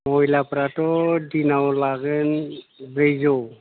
महिलाफ्राथ' दिनाव लागोन ब्रैजौ